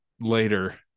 later